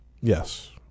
Yes